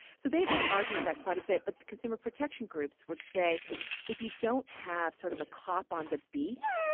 so they've been arguing that quite a bit, but consumer protection groups would say if you don't have sort of a cop on the beat,